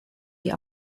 die